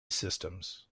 systems